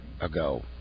ago